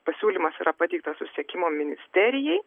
pasiūlymas yra pateiktas susisiekimo ministerijai